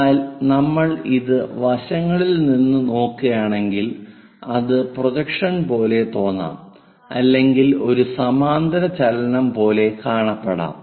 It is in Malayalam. എന്നാൽ നമ്മൾ ഇത് വശങ്ങളിൽ നിന്ന് നോക്കുകയാണെങ്കിൽ അത് പ്രൊജക്ഷൻ പോലെ തോന്നാം അല്ലെങ്കിൽ ഒരു സമാന്തരചലനം പോലെ കാണപ്പെടാം